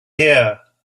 here